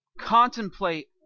Contemplate